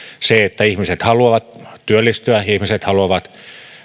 että ihmiset haluavat työllistyä ihmiset haluavat